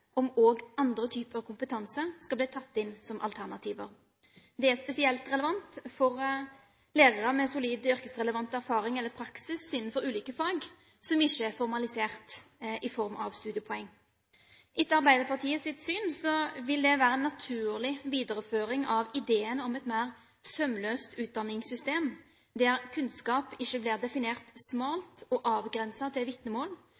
om også andre typer kompetanse skal bli tatt inn som alternativer. Det er spesielt relevant for lærere med solid yrkesrelevant erfaring eller praksis innenfor ulike fag, som ikke er formalisert i form av studiepoeng. Etter Arbeiderpartiets syn vil det være en naturlig videreføring av ideen om et mer sømløst utdanningssystem – det at kunnskap ikke blir definert smalt og avgrenset til